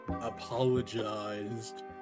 apologized